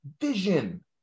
vision